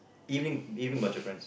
evening evening bunch of friends